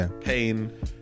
pain